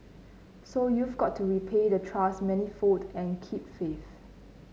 so you've got to repay the trust manifold and keep faith